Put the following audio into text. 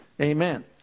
Amen